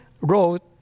wrote